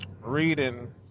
reading